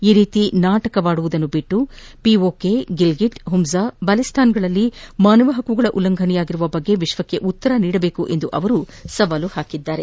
ಈ ರೀತಿ ವಿಚಾರಗಳನ್ನು ಬಿಟ್ಟು ಪಿಒಕೆ ಗಿಲ್ಗಿಟ್ ಹುಂಜಾ ಬಾಲ್ಸಿಸ್ತಾನ್ಗಳಲ್ಲಿ ಮಾನವ ಹಕ್ಕುಗಳ ಉಲ್ಲಂಘನೆಯಾಗಿರವ ಬಗ್ಗೆ ವಿಶ್ವಕ್ಕೆ ಉತ್ತರ ನೀಡಲಿ ಎಂದು ಅವರು ಸವಾಲು ಹಾಕಿದ್ದಾರೆ